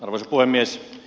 arvoisa puhemies